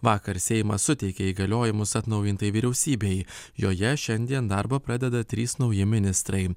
vakar seimas suteikė įgaliojimus atnaujintai vyriausybei joje šiandien darbą pradeda trys nauji ministrai